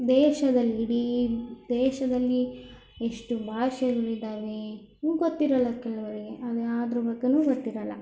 ದೇಶದಲ್ಲಿಡೀ ದೇಶದಲ್ಲಿ ಎಷ್ಟು ಭಾಷೆಗಳಿದ್ದಾವೆ ಗೊತ್ತಿರಲ್ಲ ಕೆಲವರಿಗೆ ಅದೆ ಯಾವ್ದ್ರ ಬಗ್ಗೆಯೂ ಗೊತ್ತಿರಲ್ಲ